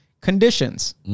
conditions